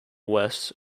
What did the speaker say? west